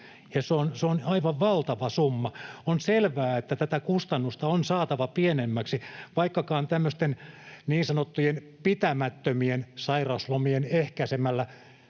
Se on aivan valtava summa. On selvää, että tätä kustannusta on saatava pienemmäksi. Vaikkakaan tämmöisten niin sanottujen pitämättömien sairauslomien ehkäisemisellä